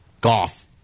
Golf